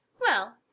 Well